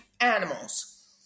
animals